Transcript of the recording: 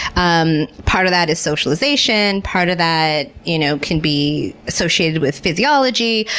um part of that is socialization. part of that you know can be associated with physiology.